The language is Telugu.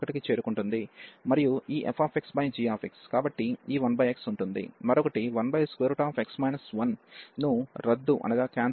మరియు ఈ fxgx కాబట్టి ఈ 1x ఉంటుంది మరొకటి 1x 1 ను రద్దు చేయబడుతుంది